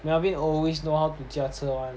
melvin always know how to 驾车 [one]